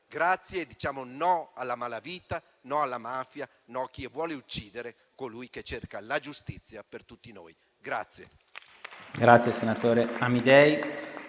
Grazie! Diciamo no alla malavita, no alla mafia, no a chi vuole uccidere colui che cerca la giustizia per tutti noi.